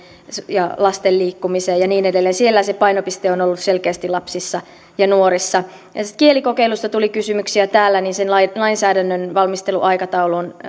ja lasten liikkumiseen ja niin edelleen siellä se painopiste on ollut selkeästi lapsissa ja nuorissa kielikokeilusta tuli kysymyksiä täällä sen lainsäädännän valmisteluaikataulu on